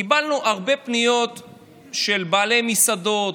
קיבלנו הרבה פניות של בעלי מסעדות,